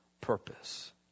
purpose